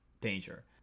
danger